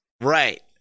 Right